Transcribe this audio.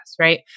Right